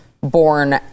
born